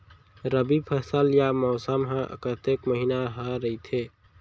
रबि फसल या मौसम हा कतेक महिना हा रहिथे?